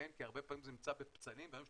כי הרבה פעמים זה נמצא בפצלים והיום יש